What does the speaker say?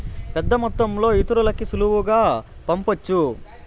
పెద్దమొత్తంలో ఇతరులకి సులువుగా పంపొచ్చు